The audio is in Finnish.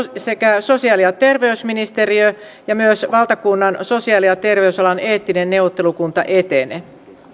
sekä sosiaali ja terveysministeriö ja myös valtakunnan sosiaali ja terveysalan eettinen neuvottelukunta etene